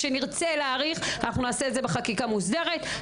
כשנרצה להאריך, אנחנו נעשה את זה בחקיקה מוסדרת.